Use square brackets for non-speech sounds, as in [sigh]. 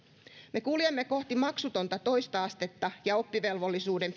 me kuljemme kohti maksutonta toista astetta ja oppivelvollisuuden [unintelligible]